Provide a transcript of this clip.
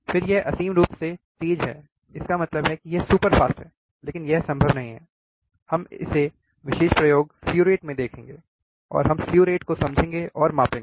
फिर यह असीम रूप से पेज है इसका मतलब है कि यह सुपरफ़ास्ट है लेकिन यह संभव नहीं है हम इस विशेष प्रयोग में slew rate देखेंगे और हम slew rate को समझेंगे और मापेंगे